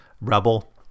rebel